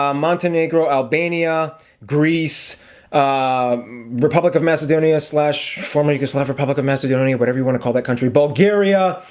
ah montenegro, albania greece republic of macedonia slash former yugoslav republic of macedonia, whatever you want to call that country, bulgaria,